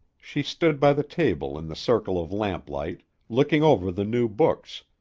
she stood by the table in the circle of lamplight, looking over the new books,